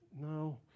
No